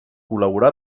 col·laborà